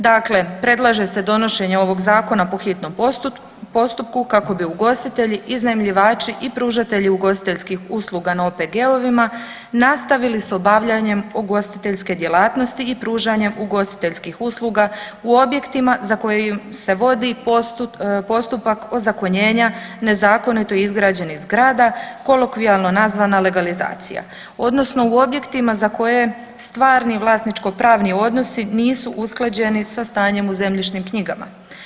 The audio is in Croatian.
Dakle, predlaže se donošenje ovog zakona po hitnom postupku kako bi ugostitelji, iznajmljivači i pružatelji ugostiteljskih usluga na OPG-ovima nastavili s obavljanjem ugostiteljske djelatnosti i pružanjem ugostiteljskih usluga u objektima za koje im se vodi postupak ozakonjenja nezakonito izgrađenih zgrada kolokvijalno nazvana legalizacija odnosno u objektima za koje stvarni vlasničkopravni odnosi nisu usklađeni sa stanjem u zemljišnim knjigama.